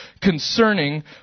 concerning